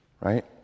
Right